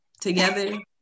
together